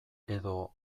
edo